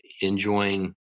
enjoying